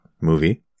movie